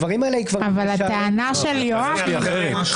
אבל הטענה של יואב היא אחרת.